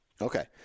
Okay